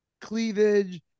cleavage